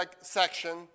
section